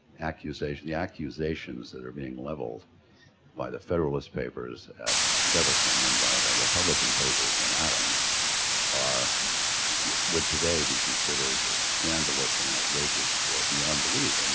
accusation, the accusations that are being leveled by the federalist's papers at jefferson and by the republican papers at adams are would today be considered scandalous and outrageous beyond belief.